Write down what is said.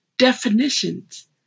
Definitions